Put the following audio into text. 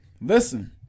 Listen